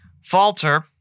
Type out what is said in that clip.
falter